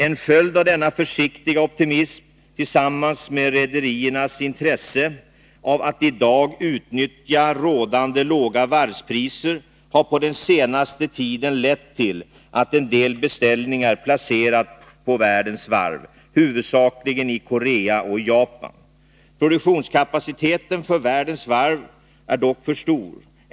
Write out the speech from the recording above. En följd av denna försiktiga optimism, tillsammans med rederiernas intresse av att i dag utnyttja rådande låga varvspriser, har på den senaste tiden lett till att en del beställningar placerats på världens varv, huvudsakligen i Korea och i Japan. Produktionskapaciteten för världens varv är dock för stor.